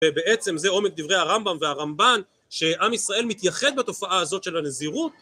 ובעצם זה עומק דברי הרמב״ם והרמב״ן שאם ישראל מתייחד בתופעה הזאת של הנזירות